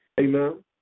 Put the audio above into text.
amen